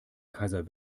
kaiser